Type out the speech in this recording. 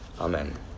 Amen